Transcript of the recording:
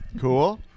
Cool